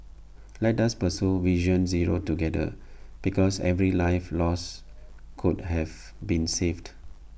let us pursue vision zero together because every life lost could have been saved